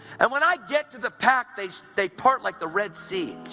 and when i get to the pack, they so they part like the red sea,